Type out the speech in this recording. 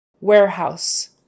Warehouse